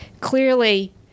Clearly